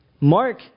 Mark